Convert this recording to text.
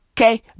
okay